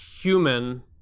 human